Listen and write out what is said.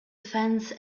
fence